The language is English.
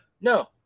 No